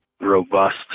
robust